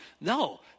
No